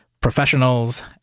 professionals